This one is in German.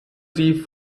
sie